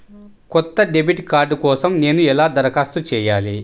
కొత్త debit card కోసం నేను ఎలా దరఖాస్తు చేయాలి?